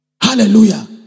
Hallelujah